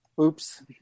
Oops